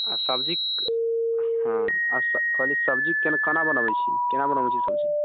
आओर सब्जी हँ आओर कहली सब्जी कोना बनबै छी कोना बनबै छी सब्जी